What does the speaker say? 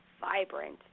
vibrant